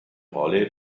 rolle